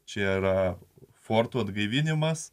čia yra fortų atgaivinimas